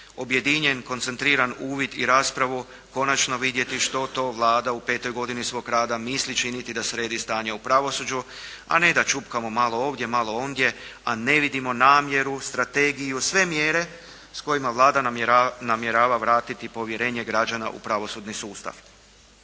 objedinjen, koncentriran uvid i raspravu konačno vidjeti što to Vlada u petoj godini svog rada misli činiti da sredi stanje u pravosuđu, a ne da čupkamo malo ovdje, malo ondje, a ne vidimo namjeru, strategiju, sve mjere s kojima Vlada namjerava vratiti povjerenje građana u pravosudni sustav.